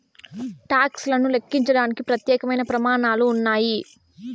talks లను లెక్కించడానికి ప్రత్యేకమైన ప్రమాణాలు ఉన్నాయి